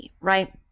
right